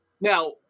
Now